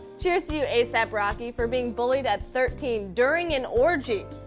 cheers to you a ap rocky for being bullied at thirteen during an orgy.